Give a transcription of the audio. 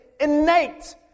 innate